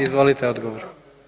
Izvolite, odgovor.